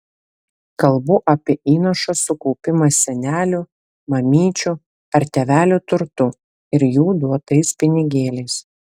kalbu apie įnašo sukaupimą senelių mamyčių ar tėvelių turtu ir jų duotais pinigėliais